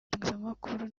itangazamakuru